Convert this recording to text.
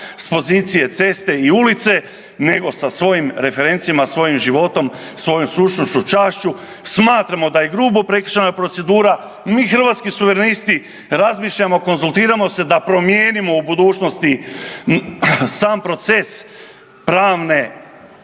s pozicije ceste i ulice nego sa svojim referencijama, svojim životom, svojom stručnošću, čašću, smatramo da je grubo prekršena procedura. Mi Hrvatski suverenisti razmišljamo, konzultiramo se da promijenimo u budućnosti sam proces pravne